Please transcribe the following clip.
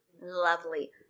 lovely